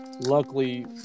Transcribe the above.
luckily